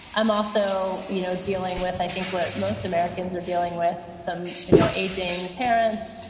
i'm also you know dealing with, i think, what most americans are dealing with, some you know aging parents,